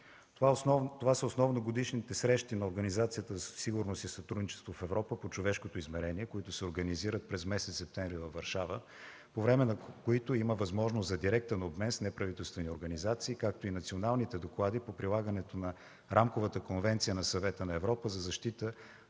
Това са основно годишните срещи на Организацията за сигурност и сътрудничество в Европа по човешкото измерение, които се организират през месец септември във Варшава, по време на които има възможност за директен обмен с неправителствени организации, както и националните доклади по прилагането на Рамковата конвенция на Съвета на Европа за защита